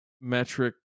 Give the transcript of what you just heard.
metric